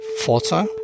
photo